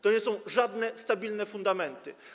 To nie są żadne stabilne fundamenty.